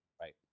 right